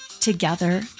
together